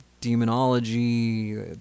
demonology